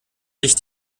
sich